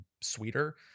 sweeter